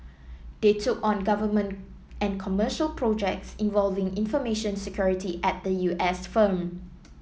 they took on government and commercial projects involving information security at the U S firm